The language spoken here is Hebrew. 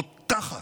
רותחת,